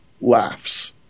laughs